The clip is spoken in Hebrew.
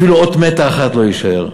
אפילו אות מתה אחת לא תישאר,